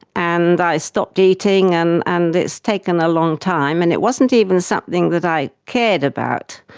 and i stopped eating, and and it's taken a long time, and it wasn't even something that i cared about.